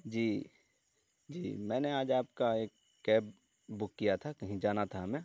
جی جی میں نے آج آپ کا ایک کیب بک کیا تھا کہیں جانا تھا ہمیں